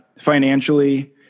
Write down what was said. financially